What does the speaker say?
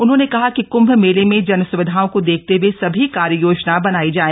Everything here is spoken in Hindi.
उन्होंने कहा कि क्म्भ मेले में जनसुविधाओं को देखते हए सभी कार्य योजना बनाई जाए